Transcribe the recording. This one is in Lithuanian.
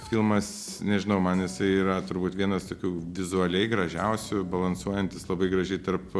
filmas nežinau man jisai yra turbūt vienas tokių vizualiai gražiausių balansuojantis labai gražiai tarp